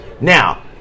Now